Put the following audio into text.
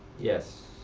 yes.